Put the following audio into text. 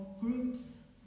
groups